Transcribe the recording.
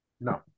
No